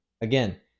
Again